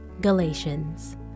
Galatians